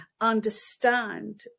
understand